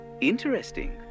Interesting